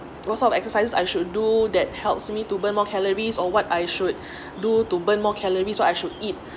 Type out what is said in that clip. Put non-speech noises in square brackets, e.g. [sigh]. what sort of exercise I should do that helps me to burn more calories or what I should [breath] do to burn more calories what I should eat